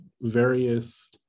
various